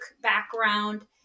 background